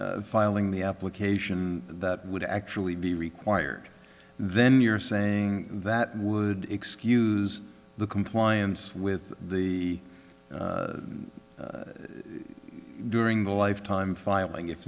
from filing the application that would actually be required then you're saying that would excuse the compliance with the during the lifetime filing if